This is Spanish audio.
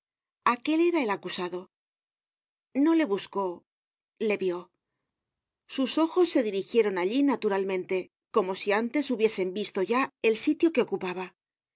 aquel era el acusado no le buscó le vió sus ojos se dirigieron allí naturalmente como si antes hubiesen visto ya el sitio que ocupaba